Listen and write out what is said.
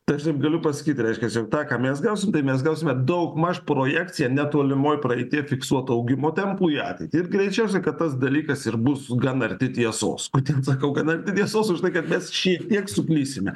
tai aš taip galiu pasakyti reiškias ir tą ką mes gausim tai mes gausime daugmaž projekciją netolimoj praeityje fiksuoto augimo tempų į ateitį ir greičiausia kad tas dalykas ir bus gana arti tiesos kodėl sakau gana arti tiesos už tai kad mes šiek tiek suklysime